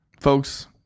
folks